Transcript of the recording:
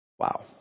Wow